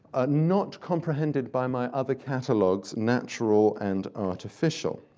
are not comprehended by my other catalogs, natural and artificial.